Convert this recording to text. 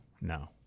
no